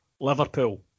Liverpool